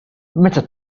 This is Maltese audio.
meta